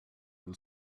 will